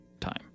time